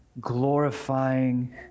glorifying